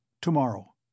Tomorrow